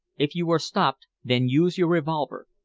if you are stopped, then use your revolver.